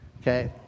Okay